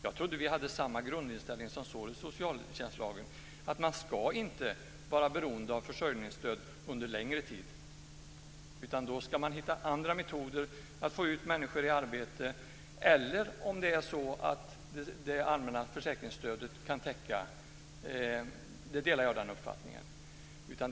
Jag trodde att vi hade samma grundinställning som den som anges i socialtjänstlagen, nämligen att man inte under längre tid ska vara beroende av försörjningsstöd. I stället ska man då komma fram till andra metoder för att få ut människor i arbete. Alternativt kan det allmänna försäkringsstödet täcka behoven. Den uppfattningen delar jag.